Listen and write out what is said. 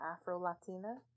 Afro-Latina